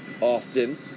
often